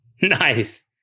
Nice